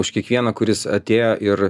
už kiekvieną kuris atėjo ir